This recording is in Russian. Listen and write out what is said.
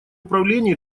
управления